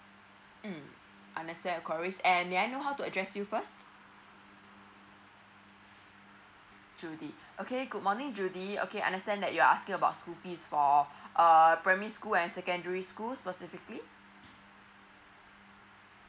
mm understand your queries and may I know how to address you first judy okay good morning judy okay understand that you're asking about school fee for err primary school and secondary school specifically